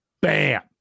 Bam